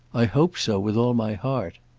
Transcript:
i hope so with all my heart.